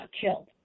killed